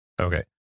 okay